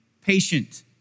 patient